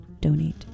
donate